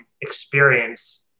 experience